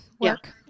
work